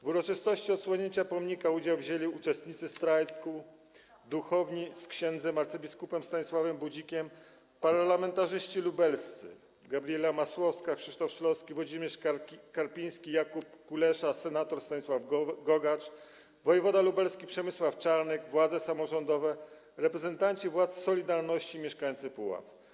W uroczystości odsłonięcia pomnika udział wzięli uczestnicy strajku, duchowni z ks. abp. Stanisławem Budzikiem, parlamentarzyści lubelscy: Gabriela Masłowska, Krzysztof Szulowski, Włodzimierz Karpiński, Jakub Kulesza, senator Stanisław Gogacz, wojewoda lubelski Przemysław Czarnek, władze samorządowe, reprezentanci władz „Solidarności” i mieszkańcy Puław.